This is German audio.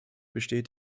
besteht